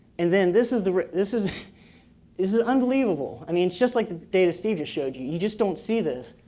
and then this is the, this is. this is unbelievable. i mean it's just like the data steve just showed you. you just don't see this.